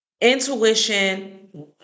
Intuition